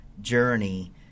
journey